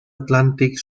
atlantic